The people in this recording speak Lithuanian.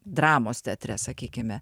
dramos teatre sakykime